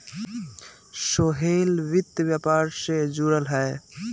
सोहेल वित्त व्यापार से जुरल हए